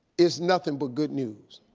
it's nothing but good news.